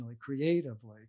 creatively